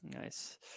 Nice